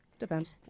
Depends